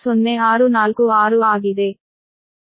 0646 ಆಗಿದೆ